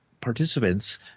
participants